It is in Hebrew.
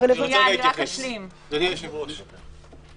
בסוף